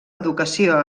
educació